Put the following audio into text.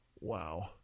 wow